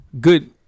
good